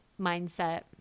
mindset